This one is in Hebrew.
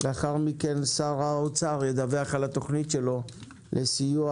לאחר מכן שר האוצר ידווח על התכנית שלו לסיוע